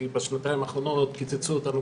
כי בשנתיים האחרונות קיצצו אותנו.